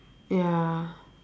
ya